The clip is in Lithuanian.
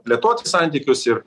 plėtoti santykius ir